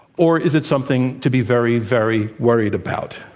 or is it something to be very, very worried about?